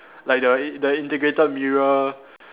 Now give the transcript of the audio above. like the in~ the integrated mirror